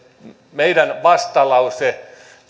meidän vastalauseemme